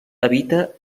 habita